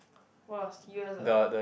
!wah! serious ah